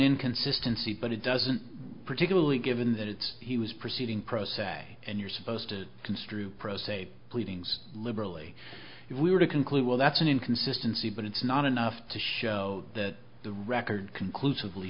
inconsistency but it doesn't particularly given that it's he was proceeding pro se and you're supposed to construe pro se pleadings liberally if we were to conclude well that's an inconsistency but it's not enough to show that the record conclusively